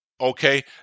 okay